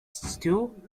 stew